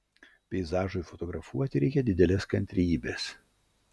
peizažui fotografuoti reikia didelės kantrybės